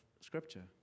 Scripture